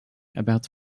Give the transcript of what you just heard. about